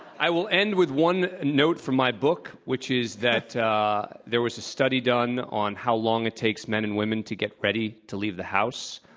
i will end with one note from my book which is that there was a study done on how long it takes men and women to get ready to leave the house.